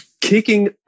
Kicking